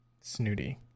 Snooty